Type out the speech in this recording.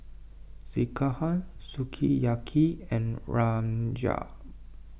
Sekihan Sukiyaki and Rajma